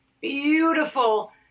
beautiful